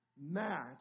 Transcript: match